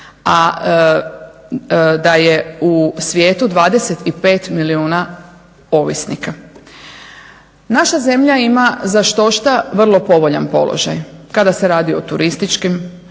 a da je u svijetu 25 milijuna ovisnika. Naša zemlja ima za štošta vrlo povoljan položaj, kada se radi o turističkim